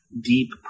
deep